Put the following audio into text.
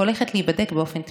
והולכת להיבדק באופן תמידי,